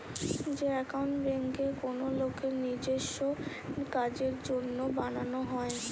যে একাউন্ট বেঙ্কে কোনো লোকের নিজেস্য কাজের জন্য বানানো হয়